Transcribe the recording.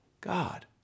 God